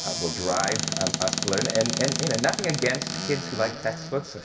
ah will drive um us to learn. and and you know nothing against kids who like textbooks,